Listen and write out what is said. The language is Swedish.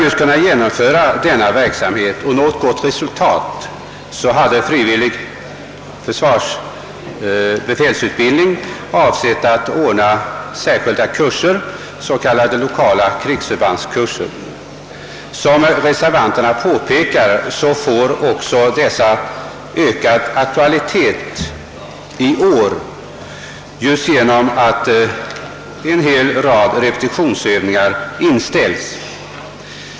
För att kunna genomföra denna verksamhet och nå ett gott resultat hade Centralförbundet för befälsutbildning avsett att ordna särskilda kurser, s.k. lokala krigsförbandskurser. Såsom reservanterna påpekar får dessa en särskilt hög grad av aktualitet genom att en hel rad repetitionsövningar inställes innevarande år.